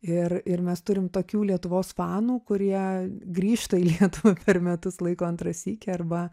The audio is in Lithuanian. ir ir mes turim tokių lietuvos fanų kurie grįžta į lietuvą per metus laiko antrą sykį arba